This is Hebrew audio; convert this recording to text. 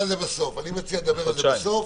אני מציע לדבר על זה בסוף.